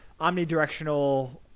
omnidirectional